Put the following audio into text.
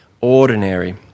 ordinary